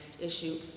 Issue